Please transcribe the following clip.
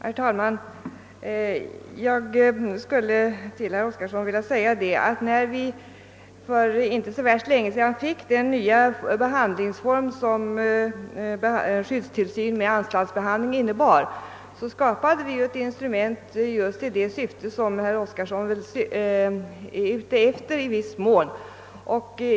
Herr talman! Jag skulle till herr Oskarson vilja säga att när vi för inte så värst länge sedan fick den nya behandlingsform som skyddstillsyn med anstaltsbehandling innebar skapade vi ett instrument just i det syfte som herr Oskarson i viss mån är ute efter.